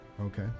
Okay